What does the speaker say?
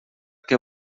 què